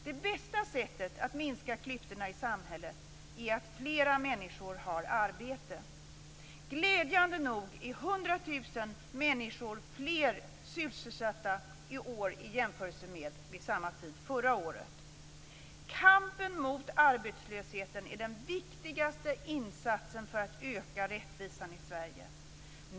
Det bästa sättet att minska klyftorna i samhället är att fler människor har arbete. Glädjande nog är 100 000 fler människor sysselsatta i år än vid samma tid förra året. Kampen mot arbetslösheten är den viktigaste insatsen för att öka rättvisan i Sverige.